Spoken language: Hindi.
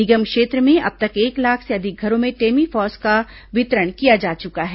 निगम क्षेत्र में अब तक एक लाख से अधिक घरों में टेमीफास् का वितरण किया जा चुका है